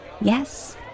Yes